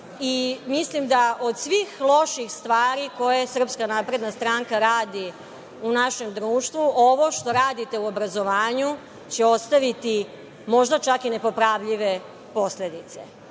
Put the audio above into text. mislim da od svih loših stvari, koje SNS radi u našem društvu, ovo što radite u obrazovanju će ostaviti možda čak i nepopravljive posledice. Zakon